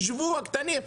יישבו הקטנים,